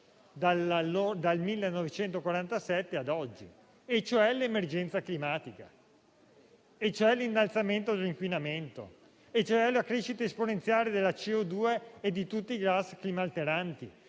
dal 1947 ad oggi, e cioè l'emergenza climatica, l'innalzamento dell'inquinamento, la crescita esponenziale della CO2 e di tutti i gas climalteranti,